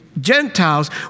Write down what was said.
Gentiles